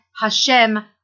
Hashem